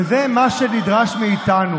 וזה מה שנדרש מאיתנו.